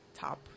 top